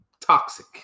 Toxic